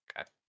Okay